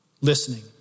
Listening